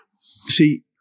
See